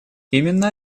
именно